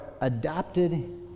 adopted